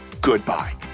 Goodbye